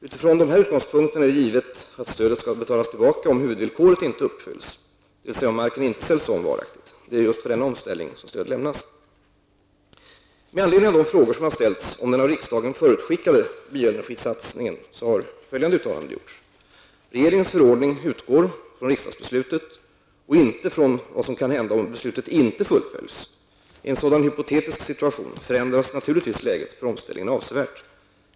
Utifrån dessa utgångspunkter är det givet att stödet skall betalas tillbaka om huvudvillkoret inte uppfylls, dvs. om marken inte ställs om varaktigt. Det är ju just för denna omställning som stöd lämnas. Med anledning av de frågor som ställts om den av riksdagen förutskickade bioenergisatsningen har följande uttalande gjorts. Regeringens förordning utgår från riksdagsbeslutet och inte från vad som kan hända om beslutet inte fullföljs. I en sådan hypotetisk situation förändras naturligtvis läget för omställningen avsevärt.